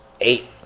eight